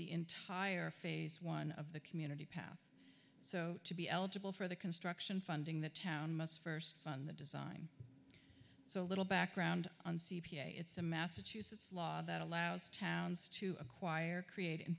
the entire phase one of the community path so to be eligible for the construction funding the town must first fund the design so a little background on c p a it's a massachusetts law that allows towns to acquire creat